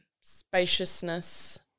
spaciousness